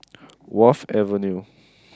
Wharf Avenue